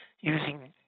using